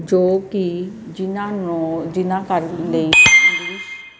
ਜੋ ਕਿ ਜਿਹਨਾਂ ਨੂੰ ਜਿਹਨਾਂ ਕਰਨ ਲਈ